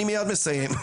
אני מייד מסיים,